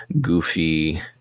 goofy